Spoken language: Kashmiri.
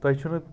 تۄہہِ چھُو نہٕ